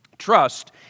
Trust